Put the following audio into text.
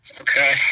Okay